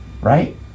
right